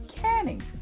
canning